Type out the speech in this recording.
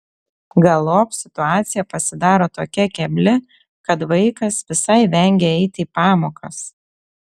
galop situacija pasidaro tokia kebli kad vaikas visai vengia eiti į pamokas